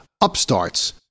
upstarts